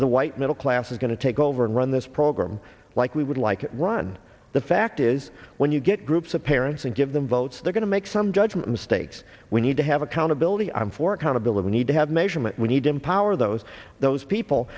the white middle class is going to take over and run this program like we would like run the fact is when you get groups of parents and give them votes they're going to make some judgment mistakes we need to have accountability i'm for accountability need to have measurement we need to empower those those people